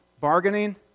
Bargaining